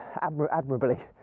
admirably